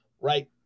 right